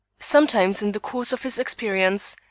sometimes in the course of his experience,